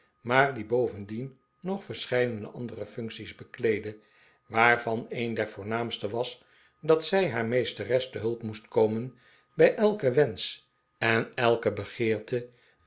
maar die bovendien nog verscheidene andere functies bekleedde waarvan een der voornaamste was dat zij haar meesteres te hulp moest komen bij elken wensch en elke